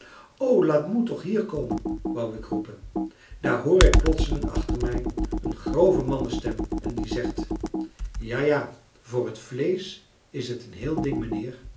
laat moe toch hier komen wou ik roepen daar hoor ik plotseling achter mij een grove mannenstem en die zegt ja ja voor het vleesch is het een heel ding meneer